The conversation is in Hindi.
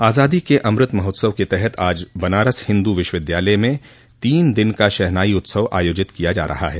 आजादी के अमृत महोत्सव के तहत आज से बनारस हिन्दू विश्व विद्यालय में तीन दिन का शहनाई उत्सव आयोजित किया जा रहा है